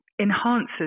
enhances